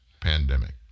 pandemic